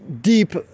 deep